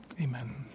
Amen